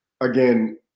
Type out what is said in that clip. again